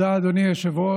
תודה, אדוני היושב-ראש.